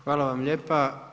Hvala vam lijepa.